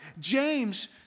James